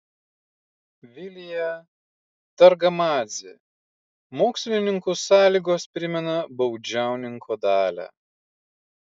vilija targamadzė mokslininkų sąlygos primena baudžiauninko dalią